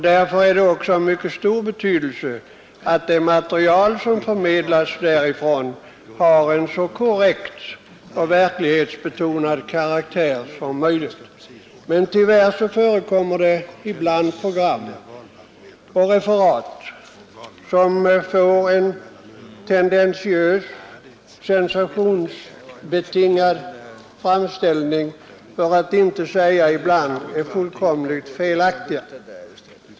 Därför är det också av mycket stor betydelse att det material som förmedlas därifrån har en så korrekt och verklighetsbetonad karaktär som möjligt. Men tyvärr förekommer det ibland program och referat som innehåller en tendentiös och sensationsbetonad framställning eller som rent av är missvisande.